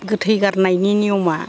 गोथै गारनायनि नियमा